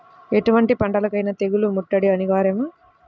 ఎటువంటి పంటలకైన తెగులు ముట్టడి అనివార్యమా?